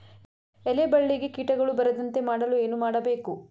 ಎಲೆ ಬಳ್ಳಿಗೆ ಕೀಟಗಳು ಬರದಂತೆ ಮಾಡಲು ಏನು ಮಾಡಬೇಕು?